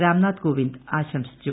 രിക്കാഥ് കോവിന്ദ് ആശംസിച്ചു